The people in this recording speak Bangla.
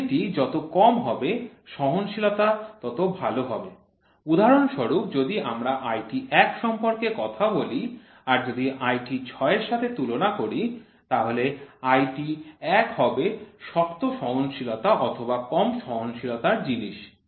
শ্রেণীটি যত কম হবে সহনশীলতা তত ভালো হবে উদাহরণস্বরূপ যদি আমরা IT 1 সম্পর্কে কথা বলি আর যদি IT 6 এর সাথে তুলনা করি তাহলে IT 1 হবে শক্ত সহনশীলতার অথবা কম সহনশীলতার জিনিস